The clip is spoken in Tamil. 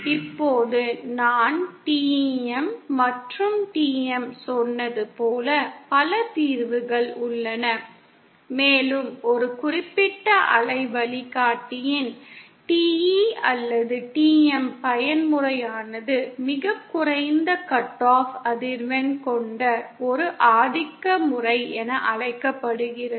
இப்போது நான் TEM மற்றும் TM சொன்னது போல பல தீர்வுகள் உள்ளன மேலும் ஒரு குறிப்பிட்ட அலை வழிகாட்டியின் TE அல்லது TM பயன்முறையானது மிகக் குறைந்த கட் ஆஃப் அதிர்வெண் கொண்ட ஒரு ஆதிக்க முறை என அழைக்கப்படுகிறது